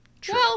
True